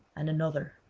and another.